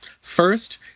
First